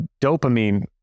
dopamine